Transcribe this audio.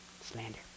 slander